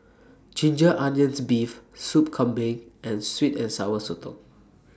Ginger Onions Beef Sup Kambing and Sweet and Sour Sotong